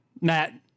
Matt